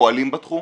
פועלים בתחום,